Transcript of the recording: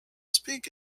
speak